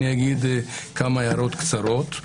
אני אגיד כמה הערות קצרות.